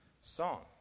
song